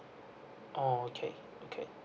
oh okay okay